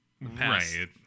right